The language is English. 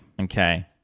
Okay